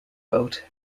vote